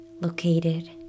located